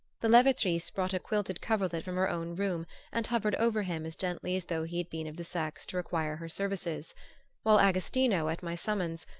the levatrice brought a quilted coverlet from her own room and hovered over him as gently as though he had been of the sex to require her services while agostino, at my summons,